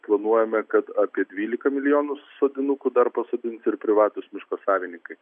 planuojame kad apie dvylika milijonų sodinukų dar pasodins ir privatūs miško savininkai